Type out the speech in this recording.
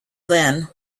then